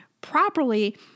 properly